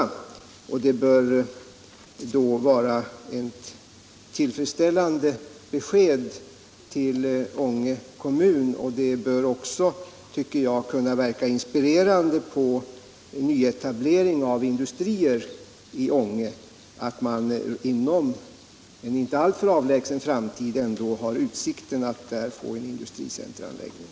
Det bör vara ett tillfreds 1 februari 1977 ställande besked till Ånge kommun, och jag tycker att det också bör =— kunna verka inspirerande för nyetableringen av industrier i Ånge att - Om pensionärernas man inom en inte alltför avlägsen framtid ändå har utsikter att där få medverkan i